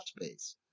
space